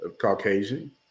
Caucasian